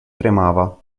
tremava